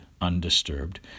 undisturbed